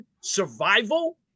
survival